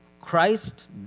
Christ